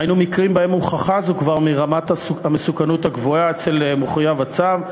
היינו מקרים שבהם הוכחה זה מכבר רמת המסוכנות הגבוהה של מחויב הצו.